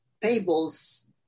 tables